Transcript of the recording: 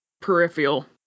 peripheral